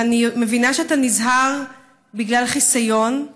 ואני מבינה שאתה נזהר בגלל חיסיון,